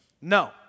No